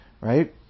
right